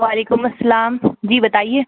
وعلیکم السلام جی بتائیے